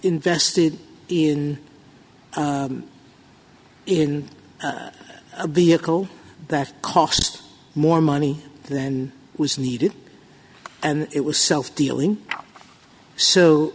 invested in in a vehicle that cost more money than was needed and it was self dealing so